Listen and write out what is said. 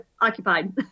occupied